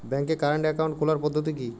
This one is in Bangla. ব্যাংকে কারেন্ট অ্যাকাউন্ট খোলার পদ্ধতি কি?